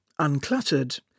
uncluttered